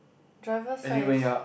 driver side is